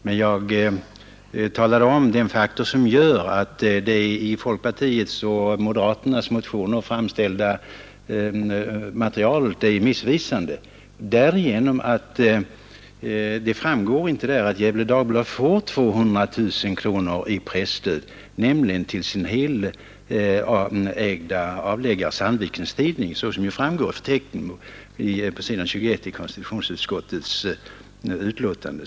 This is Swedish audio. Jag talade emellertid om den faktor som gör att det i folkpartiets och moderaternas motioner framlagda materialet är missvisande, därigenom att det inte nämns att Gefle Dagblad får 200 000 kronor i presstöd till sin helägda avläggare Sandvikens Tidning, vilket framgår av förteckningen på s. 21 i konstitutionsutskottets betänkande.